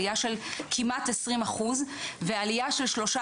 עלייה של כמעט 20 אחוז ועלייה של 13